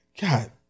God